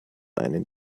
einen